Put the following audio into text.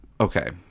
okay